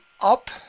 up